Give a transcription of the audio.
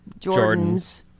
Jordans